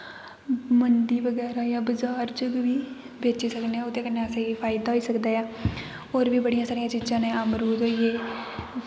मंडी बगैरा जां बज़ार च बी बेची सकने ओह्दे कन्नै असें एह् फायदा होई सकदा ऐ होर बी बड़ियां सारियां चीजां ने अमरूद होई गे